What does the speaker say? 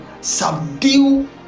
subdue